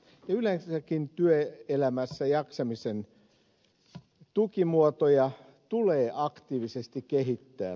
yleensäkin työelämässä jaksamisen tukimuotoja tulee aktiivisesti kehittää